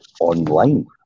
online